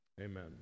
Amen